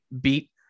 beat